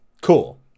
cool